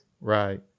Right